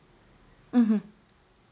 mmhmm